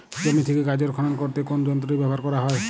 জমি থেকে গাজর খনন করতে কোন যন্ত্রটি ব্যবহার করা হয়?